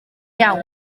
iawn